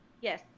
Yes